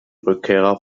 rückkehrer